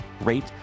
rate